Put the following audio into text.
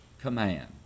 command